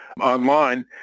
online